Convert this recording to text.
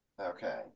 Okay